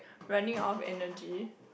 running out energy